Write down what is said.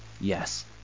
yes